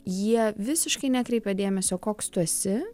jie visiškai nekreipia dėmesio koks tu esi